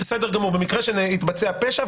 במקרה שהתבצע פשע,